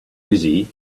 busy